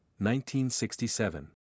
1967